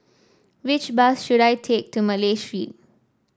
which bus should I take to Malay Street